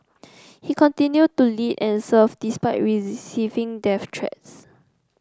he continued to lead and serve despite receiving death threats